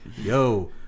yo